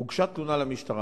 הוגשה תלונה למשטרה.